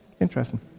Interesting